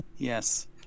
Yes